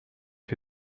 for